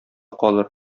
калыр